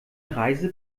reise